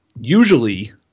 usually –